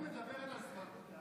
את מדברת על סמרטוט?